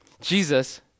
Jesus